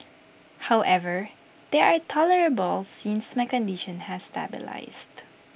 however they are tolerable since my condition has stabilised